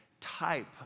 type